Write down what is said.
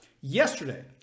yesterday